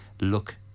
look